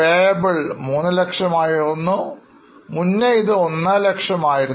Payables 300000 ആയി ഉയർന്നു മുന്നേ ഇത് 150000 ആയിരുന്നു